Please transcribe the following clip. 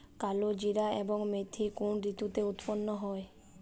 কালোজিরা এবং মেথি কোন ঋতুতে উৎপন্ন হয়?